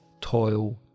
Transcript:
toil